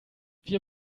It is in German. wir